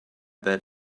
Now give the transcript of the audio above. that